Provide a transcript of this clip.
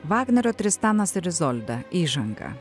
vagnerio tristanas ir izolda įžanga